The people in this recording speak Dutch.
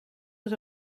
het